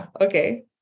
Okay